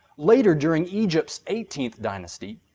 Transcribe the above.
later during egypt's eighteenth dynasty,